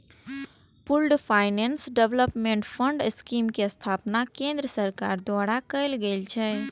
pooled finance development fund scheme के स्थापना केंद्र सरकार द्वारा कैल गेल छै